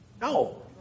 No